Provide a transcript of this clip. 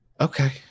Okay